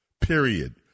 Period